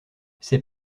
ses